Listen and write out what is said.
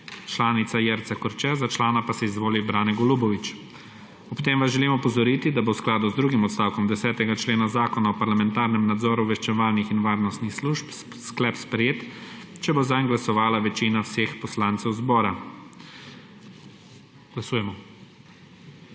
članica Jerca Korče, za člana pa se izvoli Brane Golubović. Ob tem vas želim opozoriti, da bo v skladu z drugim odstavkom 10. člena Zakona o parlamentarnem nadzoru obveščevalnih in varnostnih služb sklep sprejet, če bo zanj glasovala večina vseh poslancev zbora. Glasujemo.